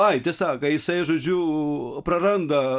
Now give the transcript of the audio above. ai tiesa kai jisai žodžiu praranda